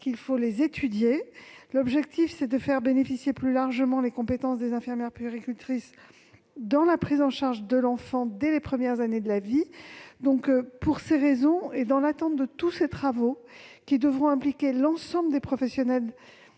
qu'il faut étudier les possibilités de faire évoluer plus largement le champ des compétences des infirmières puéricultrices dans la prise en charge de l'enfant dès les premières années de la vie. Pour ces raisons et dans l'attente de la réalisation de tous ces travaux qui devront impliquer l'ensemble des professionnels